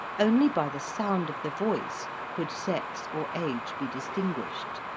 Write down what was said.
only by the sound of the voice could sex or age be distinguished.